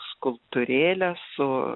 skulptūrėlę su